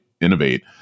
innovate